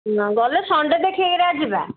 ନ ଗଲେ ସନ୍ଡ଼େ ଦେଖିକିରା ଯିବା